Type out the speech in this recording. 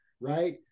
right